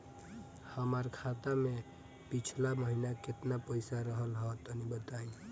हमार खाता मे पिछला महीना केतना पईसा रहल ह तनि बताईं?